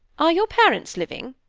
are your parents living?